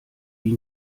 wie